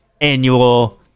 annual